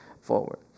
forward